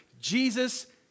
Jesus